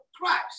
Christ